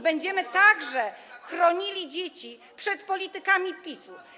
Będziemy także chronili dzieci przed politykami PiS-u.